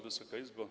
Wysoka Izbo!